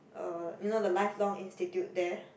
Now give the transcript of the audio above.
oh you know the Lifelong institute there